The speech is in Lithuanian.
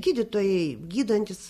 gydytojai gydantys